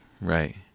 Right